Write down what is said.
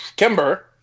Kimber